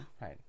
Right